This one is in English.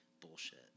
bullshit